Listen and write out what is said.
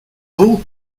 vous